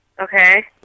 Okay